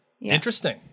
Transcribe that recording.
Interesting